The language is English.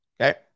Okay